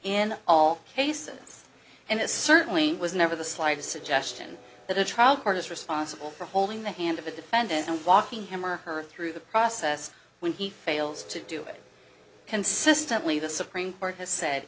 in all cases and it certainly was never the slightest suggestion that a trial court is responsible for holding the hand of a defendant and walking him or her through the process when he fails to do it consistently the supreme court has said